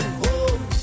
home